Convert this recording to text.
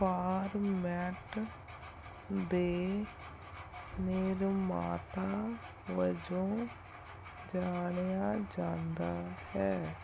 format ਦੇ ਨਿਰਮਾਤਾ ਵਜੋਂ ਜਾਣਿਆ ਜਾਂਦਾ ਹੈ